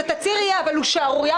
התצהיר יהיה, אבל הוא שערורייה.